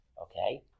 Okay